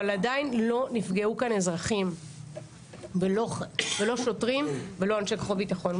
אבל עדיין לא נפגעו כאן אזרחים ולא שוטרים ולא אנשי כוחות ביטחון.